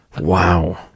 Wow